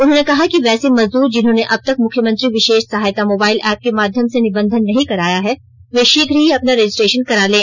उन्होंने कहा कि वैसे मजदूर जिन्होंने अब तक मुख्यमंत्री विषेष सहायता मोबाइल ऐप्प के माध्यम से निबंधन नहीं कराया है वे षीघ्र ही अपना रजिस्ट्रेषन करा लें